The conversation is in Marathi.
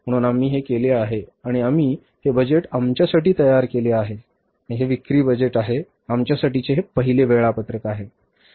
म्हणून आम्ही हे केले आहे आणि आम्ही हे बजेट आमच्यासाठी तयार केले आहे आणि हे विक्री बजेट आहे आमच्यासाठी हे पहिले वेळापत्रक आहे